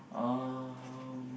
um